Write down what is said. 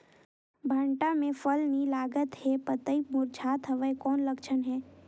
भांटा मे फल नी लागत हे पतई मुरझात हवय कौन लक्षण हे?